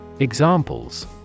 Examples